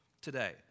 Today